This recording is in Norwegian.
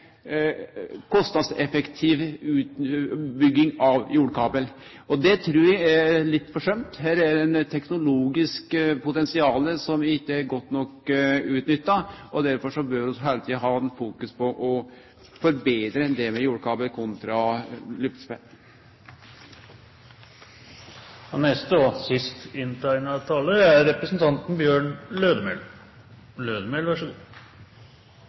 kostnadseffektiv utbygging av jordkabel. For det trur eg er litt forsømt. Her er eit teknologisk potensial som ikkje er godt nok utnytta, og derfor bør vi heile tida ha fokus på å forbetre det med jordkabel kontra